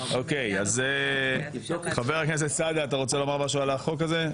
אז חבר הכנסת סעדה אתה רוצה להגיד משהו על החוק הזה?